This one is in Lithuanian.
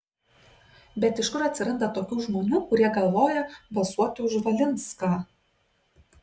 bet iš kur atsiranda tokių žmonių kurie galvoja balsuoti už valinską